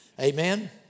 Amen